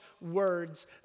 words